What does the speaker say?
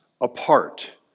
apart